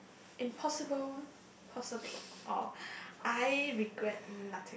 impossible possible or I regret nothing